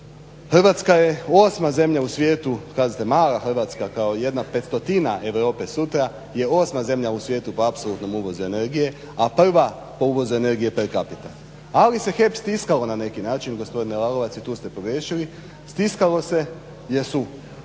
Hrvatska je osma zemlja u svijetu kažete mala Hrvatska kao jedna pet stotina Europe sutra je osma zemlja u svijetu po apsolutnom uvozu energije, a prva po uvozu energije per capita. Ali se HEP stiskao na neki način gospodine Lalovac i tu ste pogriješili. Stiskalo se jer su